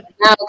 now